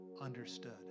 understood